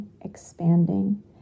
expanding